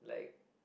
like